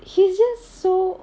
he's just so